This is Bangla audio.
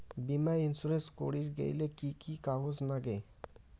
বীমা ইন্সুরেন্স করির গেইলে কি কি কাগজ নাগে?